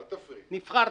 נבחרתי.